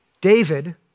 David